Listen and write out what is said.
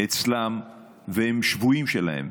אצלם והם שבויים שלהם.